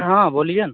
हाँ बोलिए ना